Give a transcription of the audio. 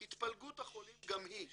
התפלגות החולים גם היא פורסמה.